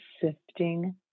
sifting